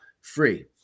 free